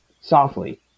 softly